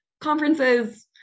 conferences